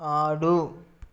ఆడు